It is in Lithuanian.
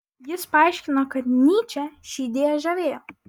jis paaiškino kad nyčę ši idėja žavėjo